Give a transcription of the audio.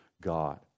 God